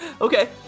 Okay